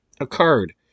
occurred